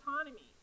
autonomy